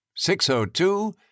602